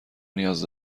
نیاز